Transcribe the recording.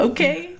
Okay